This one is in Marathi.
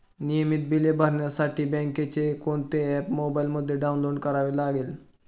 नियमित बिले भरण्यासाठी बँकेचे कोणते ऍप मोबाइलमध्ये डाऊनलोड करावे लागेल?